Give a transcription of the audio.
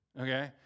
okay